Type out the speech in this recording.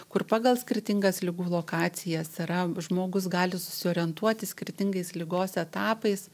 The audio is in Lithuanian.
kur pagal skirtingas ligų lokacijas yra žmogus gali susiorientuoti skirtingais ligos etapais